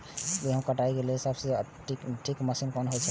गेहूँ काटय के लेल सबसे नीक मशीन कोन हय?